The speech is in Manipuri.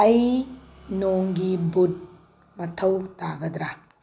ꯑꯩ ꯅꯣꯡꯒꯤ ꯕꯨꯠ ꯃꯊꯧ ꯇꯥꯒꯗ꯭ꯔꯥ